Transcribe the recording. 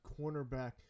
cornerback